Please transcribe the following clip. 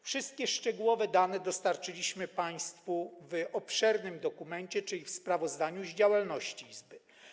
Wszystkie szczegółowe dane dostarczyliśmy państwu w obszernym dokumencie, czyli sprawozdaniu z działalności Izby.